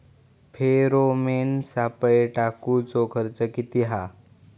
Pheromone सापळे टाकूचो खर्च किती हा?